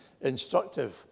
instructive